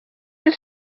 his